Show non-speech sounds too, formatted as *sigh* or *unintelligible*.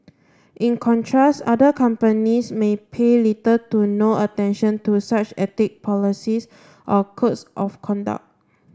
in contrast other companies may pay little to no attention to such *unintelligible* policies or codes of conduct